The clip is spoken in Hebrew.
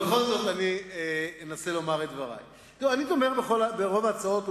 אני תומך ברוב ההצעות,